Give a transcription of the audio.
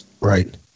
Right